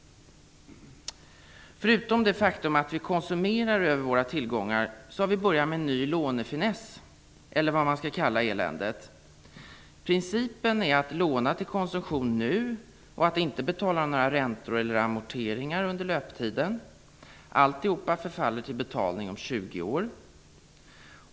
Förutom det faktum att vi konsumerar över våra tillgångar har vi börjat med en ny lånefiness, eller vad man skall kalla eländet. Principen är att låna till konsumtion nu och att inte betala några räntor eller amorteringar under löptiden. Alltihop förfaller till betalning om 20 år.